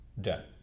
Done